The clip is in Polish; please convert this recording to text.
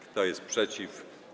Kto jest przeciw?